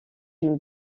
d’une